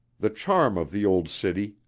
the charm of the old city,